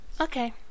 Okay